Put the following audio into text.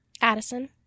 Addison